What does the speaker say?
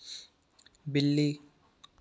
बिल्ली